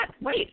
Wait